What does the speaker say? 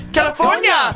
California